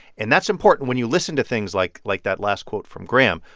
and that's important when you listen to things like like that last quote from graham.